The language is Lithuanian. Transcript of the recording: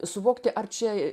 suvokti ar čia